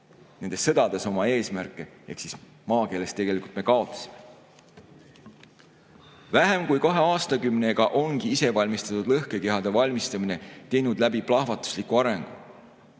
nendes sõdades oma eesmärke, ehk maakeeles öeldes, tegelikult me kaotasime. Vähem kui kahe aastakümnega ongi isevalmistatud lõhkekehade valmistamine teinud läbi plahvatusliku arengu.